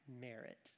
merit